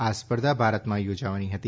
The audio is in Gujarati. આ સ્પર્ધા ભારતમાં યોજાવાની હતી